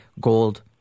gold